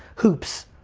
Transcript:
hoops,